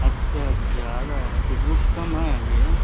اچھا اچھا آدھا آیا کچھ بکس کم ہیں ابھی ایں